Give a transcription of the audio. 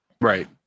Right